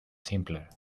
simpler